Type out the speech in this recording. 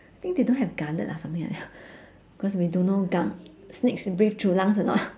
think they don't have gullet or something like that ah cause we don't know gu~ snakes breathe through lungs or not